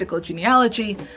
genealogy